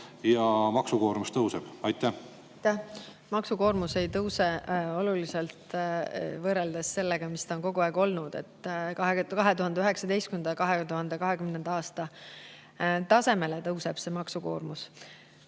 ja maksukoormus tõuseb? Aitäh,